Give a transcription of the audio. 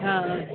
हा